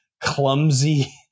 clumsy